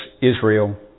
Israel